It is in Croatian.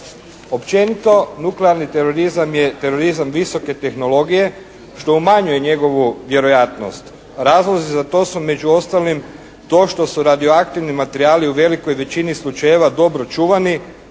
Općenito nuklearni terorizam je terorizam visoke tehnologije što umanjuje njegovu vjerojatnost. Razlozi za to su među ostalim to što su radioaktivni materijali u velikoj većini slučajeva dobro čuvani,